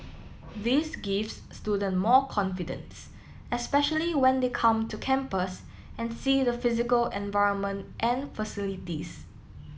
this gives student more confidence especially when they come to campus and see the physical environment and facilities